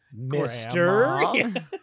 Mr